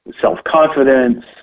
self-confidence